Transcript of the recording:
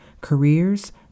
careers